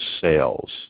sales